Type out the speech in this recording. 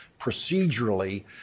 procedurally